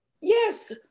Yes